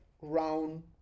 round